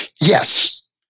yes